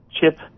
chip